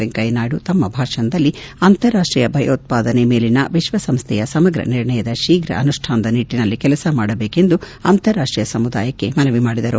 ವೆಂಕಯ್ಯನಾಯ್ಡು ತಮ್ಮ ಭಾಷಣದಲ್ಲಿ ಅಂತಾರಾಷ್ಟೀಯ ಭಯೋತ್ವಾದನೆ ಮೇಲಿನ ವಿಶ್ವಸಂಸ್ಥೆಯ ಸಮಗ್ರ ನಿರ್ಣಯದ ಶೀಫ್ರ ಅನುಷ್ಡಾನದ ನಿಟ್ಟಿನಲ್ಲಿ ಕೆಲಸ ಮಾಡಬೇಕೆಂದು ಅಂತರಾಷ್ಟೀಯ ಸಮುದಾಯಕ್ಕೆ ಮನವಿ ಮಾಡಿದರು